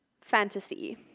fantasy